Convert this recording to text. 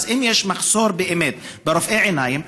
אז אם יש באמת מחסור ברופאי עיניים,